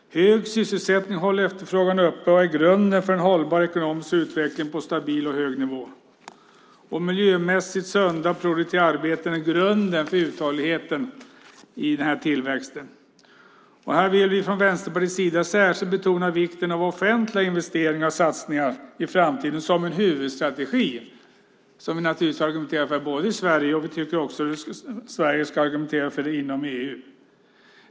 Hög sysselsättning håller efterfrågan uppe och är grunden för en hållbar ekonomisk utveckling på stabil och hög nivå. Miljömässigt sunda och produktiva arbeten är grunden för uthålligheten i tillväxten. Här vill vi från Vänsterpartiets sida särskilt betona vikten av offentliga investeringar för framtiden som en huvudstrategi. Vi argumenterar för den både i Sverige och i EU, och vi tycker naturligtvis att Sverige ska argumentera för den inom EU.